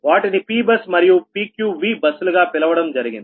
వాటిని P bus మరియు PQV bus లు గా పిలవడం జరిగింది